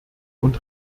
und